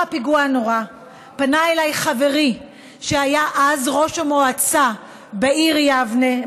לאחר הפיגוע הנורא פנה אליי חברי שהיה אז ראש המועצה בעיר יבנה,